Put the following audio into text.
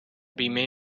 بیمه